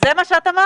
זה מה שאמרת?